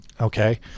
okay